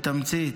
בתמצית.